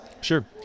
Sure